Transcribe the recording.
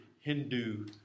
Hindu